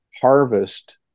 harvest